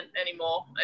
anymore